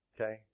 Okay